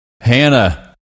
Hannah